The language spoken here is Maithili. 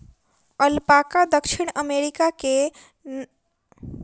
अलपाका दक्षिण अमेरिका के सस्तन प्राणी होइत अछि